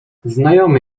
znajomy